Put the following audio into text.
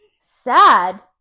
Sad